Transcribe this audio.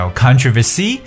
controversy